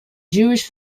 jewish